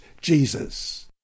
Jesus